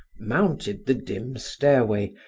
mounted the dim stairway,